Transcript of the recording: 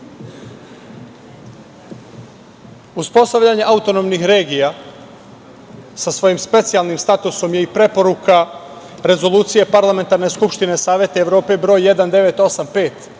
itd. Uspostavljanje autonomnih regija sa svojim specijalnim statusom i preporuka Rezolucije Parlamentarne skupštine Saveta Evrope broj 1985